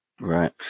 Right